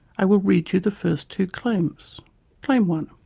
i will read you the first two claims claim one.